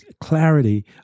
clarity